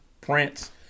Prince